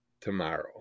Tomorrow